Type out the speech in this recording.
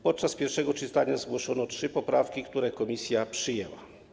Podczas pierwszego czytania zgłoszono trzy poprawki, które komisja przyjęła.